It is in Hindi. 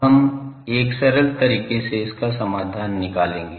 अब हम एक सरल तरीके से इसका समाधान निकालेंगे